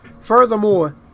furthermore